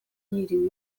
yiriwe